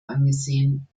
angesehen